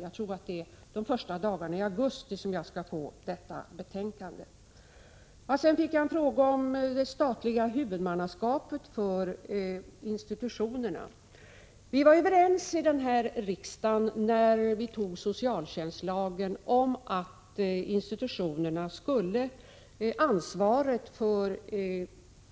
Jag tror att det är de första dagarna i augusti som jag skall få detta betänkande. Sedan fick jag en fråga om det statliga huvudmannaskapet för institutionerna. Här i riksdagen var vi när vi antog socialtjänstlagen överens om att ansvaret för